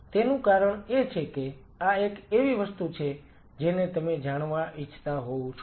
તેનું કારણ એ છે કે આ એક એવી વસ્તુ છે જેને તમે જાણવા ઇચ્છતા હોવ છો